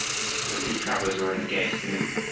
the three travelers were in the gayest mood.